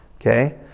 okay